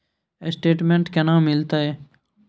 Statement केना मिलते?